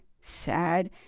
sad